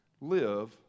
live